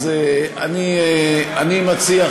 אז אני מציע,